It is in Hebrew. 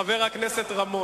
חבר הכנסת רמון.